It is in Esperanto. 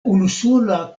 unusola